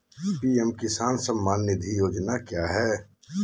PM किसान सम्मान निधि योजना क्या है?